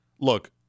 look